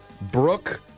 Brooke